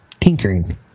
Tinkering